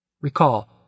recall